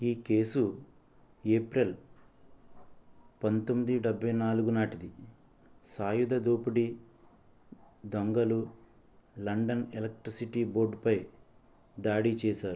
ఈ కేసు ఏప్రిల్ పంతొమ్మిది డెభై నాటిది సాయుధ దోపిడీ దొంగలు లండన్ ఎలక్ట్రిసిటీ బోర్డుపై దాడి చేశారు